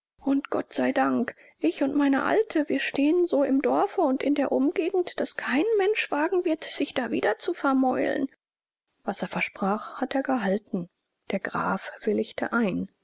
und gott sei dank ich und meine alte wir stehen so im dorfe und in der umgegend daß kein mensch wagen wird sich dawider zu vermäulen was er versprach hat er gehalten der graf willigte ein